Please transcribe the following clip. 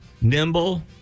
nimble